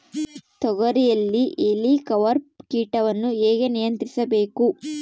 ತೋಗರಿಯಲ್ಲಿ ಹೇಲಿಕವರ್ಪ ಕೇಟವನ್ನು ಹೇಗೆ ನಿಯಂತ್ರಿಸಬೇಕು?